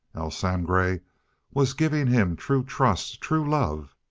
el sangre was giving him true trust, true love,